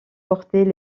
portaient